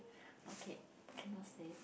okay cannot say